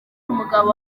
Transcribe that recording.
umugabo